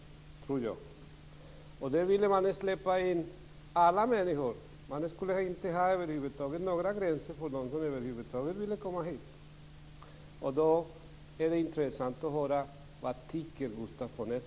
Enligt detta vill man släppa in alla människor. Det skall över huvud taget inte finnas några gränser för dem som vill komma hit. Vad tycker Gustaf von Essen om det?